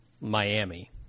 Miami